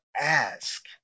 ask